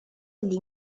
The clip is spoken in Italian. agli